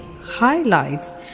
highlights